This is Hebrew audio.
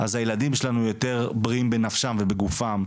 אז הילדים שלנו יותר בריאים בנפשם ובגופם,